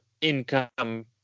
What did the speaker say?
income